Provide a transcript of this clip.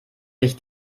sich